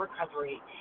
recovery